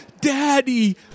daddy